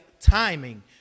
timing